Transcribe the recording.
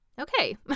Okay